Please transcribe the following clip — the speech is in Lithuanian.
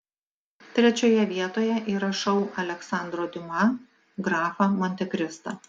trečioje vietoje įrašau aleksandro diuma grafą montekristą